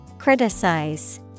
Criticize